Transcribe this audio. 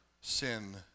sin